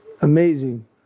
amazing